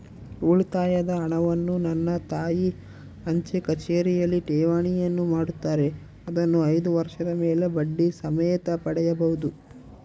ಉಳಿತಾಯದ ಹಣವನ್ನು ನನ್ನ ತಾಯಿ ಅಂಚೆಕಚೇರಿಯಲ್ಲಿ ಠೇವಣಿಯನ್ನು ಮಾಡುತ್ತಾರೆ, ಅದನ್ನು ಐದು ವರ್ಷದ ಮೇಲೆ ಬಡ್ಡಿ ಸಮೇತ ಪಡೆಯಬಹುದು